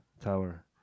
Tower